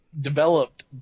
developed